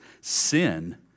sin